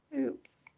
Oops